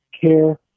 care